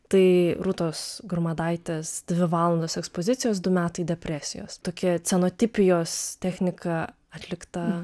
tai rūtos grumadaitės dvi valandos ekspozicijos du metai depresijos tokia cenotipijos technika atlikta